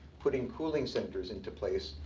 putting cooling centers into place.